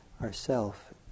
ourself